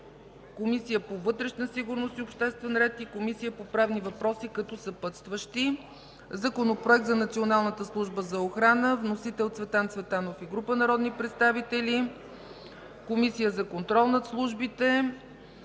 Комисията по вътрешна сигурност и обществен ред и Комисията по правни въпроси. Законопроект за националната служба за охрана. Вносители – Цветан Цветанов и група народни представители. Водеща е Комисията за контрол над службите